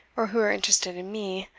or who are interested in me,